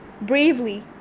bravely